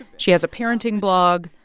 she has a parenting blog.